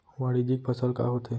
वाणिज्यिक फसल का होथे?